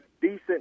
decent